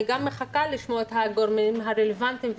גם מחכה לשמוע את הגורמים הרלוונטיים,